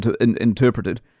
interpreted